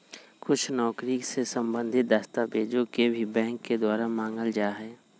कुछ नौकरी से सम्बन्धित दस्तावेजों के भी बैंक के द्वारा मांगल जा हई